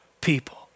people